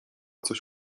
coś